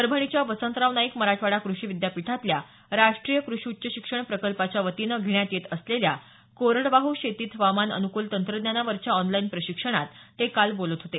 परभणीच्या वसंतराव नाईक मराठवाडा कृषि विद्यापीठातल्या राष्ट्रीय कृषि उच्च शिक्षण प्रकल्पाच्या वतीनं घेण्यात येत असलेल्या कोरडवाहू शेतीत हवामान अनूकुल तंत्रज्ञानावरच्या ऑनलाईन प्रशिक्षणात ते बोलत होते